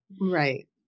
Right